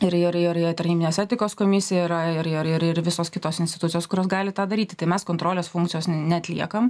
ir ir tarnybinės etikos komisija yra ir ir visos kitos institucijos kurios gali tą daryti tai mes kontrolės funkcijos neatliekam